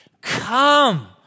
come